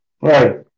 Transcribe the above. Right